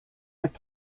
with